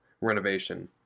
renovation